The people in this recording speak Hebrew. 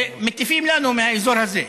ומטיפים לנו מהאזור הזה.